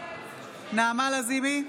נעמה לזימי,